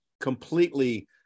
completely –